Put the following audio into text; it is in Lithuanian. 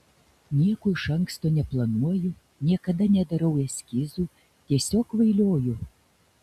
nieko iš anksto neplanuoju niekada nedarau eskizų tiesiog kvailioju